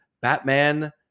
Batman